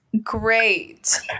Great